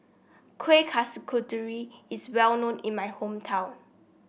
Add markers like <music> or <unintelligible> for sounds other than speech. Kuih <unintelligible> is well known in my hometown